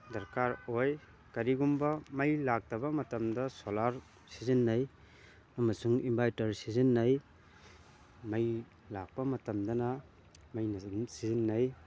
ꯗꯔꯀꯥꯔ ꯑꯣꯏ ꯀꯔꯤꯒꯨꯝꯕ ꯃꯩ ꯂꯥꯛꯇꯕ ꯃꯇꯝꯗ ꯁꯣꯂꯥꯔ ꯁꯤꯖꯤꯟꯅꯩ ꯑꯃꯁꯨꯡ ꯏꯟꯚꯥꯏꯇꯔ ꯁꯤꯖꯤꯟꯅꯩ ꯃꯩ ꯂꯥꯛꯄ ꯃꯇꯝꯗꯅ ꯃꯩꯅꯁꯨ ꯑꯗꯨꯝ ꯁꯤꯖꯤꯟꯅꯩ